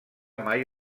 mai